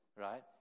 right